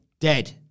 Dead